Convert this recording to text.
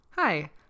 Hi